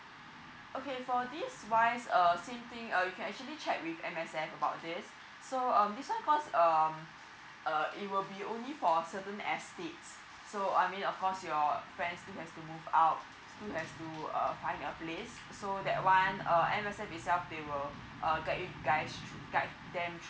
okay for this wise uh same thing uh you can actually check with M_S_F about this so um this one of course um uh it will be only for certain estate so I mean of course your friend still have to move out still have to uh find a place so that one uh M_S_F itself they will uh guide you guys thr~ guide them